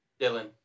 Dylan